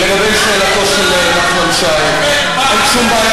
לגבי שאלתו של נחמן שי: אין שום בעיה